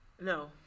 No